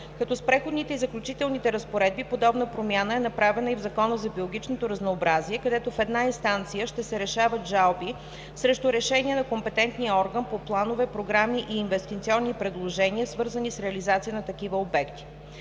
като с Преходните и заключителни разпоредби подобна промяна е направена и в Закона за биологичното разнообразие, където в една инстанция ще се решават жалби срещу решения на компетентния орган по планове, програми и инвестиционни предложения, свързани с реализация на такива обекти.